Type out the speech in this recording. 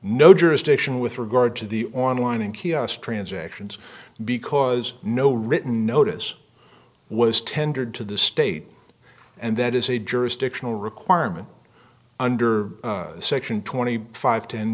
no jurisdiction with regard to the online and transactions because no written notice was tendered to the state and that is a jurisdictional requirement under section twenty five t